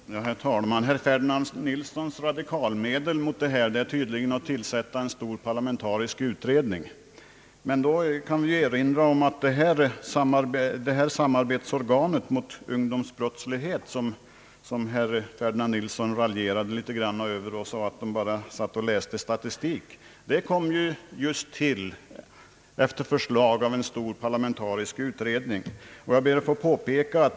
Herr talman! Herr Ferdinand Nilssons radikalmedel mot brottsutvecklingen är tydligen att tillsätta en stor parlamentarisk utredning. Då kan vi erinra oss att samarbetsorganet mot ungdomsbrottslighet — som herr Nilsson raljerade litet grand över när han sade att ledamöterna bara satt och läste statistik — just kom till efter förslag av en stor parlamentarisk utredning.